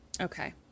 Okay